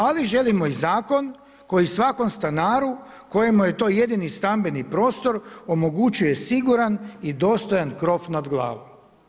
Ali želimo i zakon koji svakom stanaru kojemu je to jedini stambeni prostor omogućuje siguran i dostojan krov nad glavom.